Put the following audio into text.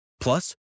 Plus